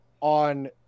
on